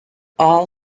all